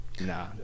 Nah